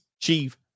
chief